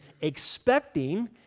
expecting